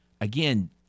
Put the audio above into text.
Again